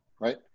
Right